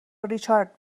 ریچارد